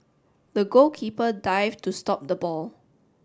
the goalkeeper dived to stop the ball